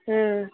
ம்